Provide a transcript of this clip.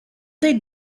they